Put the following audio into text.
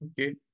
Okay